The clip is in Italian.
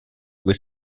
due